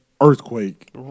earthquake